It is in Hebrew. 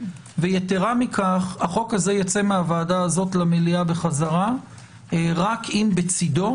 ויתרה מכך החוק ייצא מהוועדה הזאת למליאה חזרה רק אם בצידו